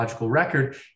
record